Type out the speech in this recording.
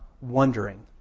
wondering